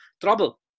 trouble